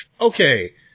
okay